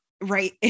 right